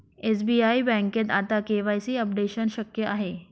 SBI बँकेत आता KYC updation शक्य आहे